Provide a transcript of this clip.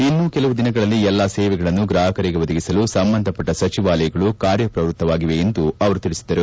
ಇನ್ನೂ ಕೆಲವು ದಿನಗಳಲ್ಲಿ ಎಲ್ಲಾ ಸೇವೆಗಳನ್ನು ಗ್ರಾಹಕರಿಗೆ ಒದಗಿಸಲು ಸಂಬಂಧಪಟ್ಟ ಸಚಿವಾಲಯಗಳು ಕಾರ್ಯ ಶ್ರವೃತ್ತವಾಗಿವೆ ಎಂದು ಅವರು ತಿಳಿಸಿದರು